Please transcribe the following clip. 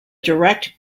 direct